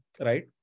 right